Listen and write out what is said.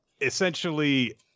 essentially